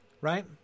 right